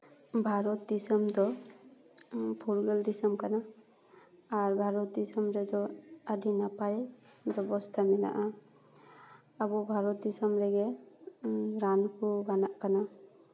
ᱵᱷᱟᱨᱚᱛ ᱫᱤᱥᱚᱢ ᱫᱚ ᱯᱷᱩᱨᱜᱟᱹᱞ ᱫᱤᱥᱚᱢ ᱠᱟᱱᱟ ᱟᱨ ᱵᱷᱟᱨᱚᱛ ᱫᱤᱥᱚᱢ ᱨᱮᱫᱚ ᱟᱹᱰᱤ ᱱᱟᱯᱟᱭ ᱵᱮᱵᱚᱥᱛᱷᱟ ᱢᱮᱱᱟᱜᱼᱟ ᱟᱵᱚ ᱵᱷᱟᱨᱚᱛ ᱫᱤᱥᱚᱢ ᱨᱮᱜᱮ ᱜᱟᱱ ᱠᱚ ᱜᱟᱱᱟᱜ ᱠᱟᱱᱟ